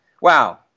wow